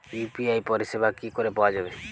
UPI পরিষেবা কি করে পাওয়া যাবে?